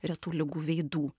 retų ligų veidų